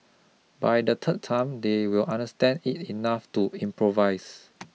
by the third time they will understand it enough to improvise